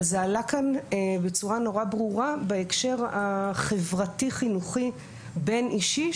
זה עלה כאן בצורה מאוד ברורה בהקשר החברתי חינוכי בין אישי,